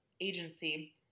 agency